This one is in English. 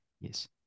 Yes